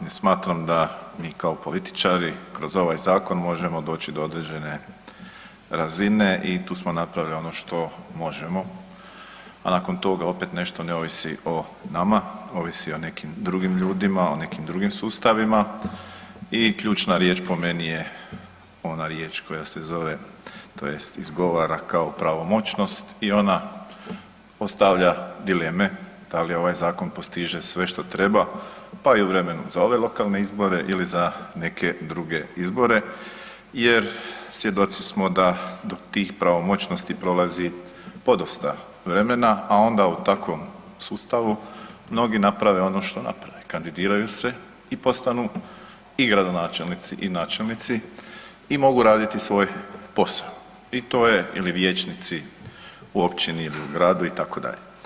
Smatram da mi kao političari kroz ovaj zakon možemo doći do određene razine i tu smo napravili ono što možemo, a nakon toga opet nešto ne ovisi o nama, ovisi o nekim drugim ljudima, o nekim drugim sustavima i ključna riječ, po meni je ona riječ koja se zove, tj. izgovara kao pravomoćnost i ona postavlja dileme, da li ovaj zakon postiže sve što treba, pa i u vremenu za ove lokalne izbore ili za neke druge izbore jer svjedoci smo da do tih pravomoćnosti prolazi podosta vremena, a onda u takvom sustavu mnogi naprave ono što naprave, kandidiraju se i postanu i gradonačelnici i načelnici i mogu raditi svoj posao i to je ili vijećnici u općini ili gradu itd.